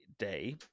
day